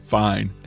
fine